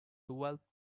twelfth